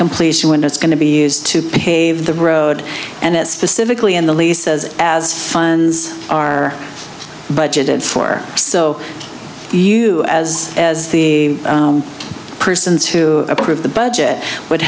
completion when it's going to be used to pave the road and it specifically in the lease says as funds are budgeted for so you as as the person to approve the budget would